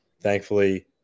thankfully